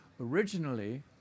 originally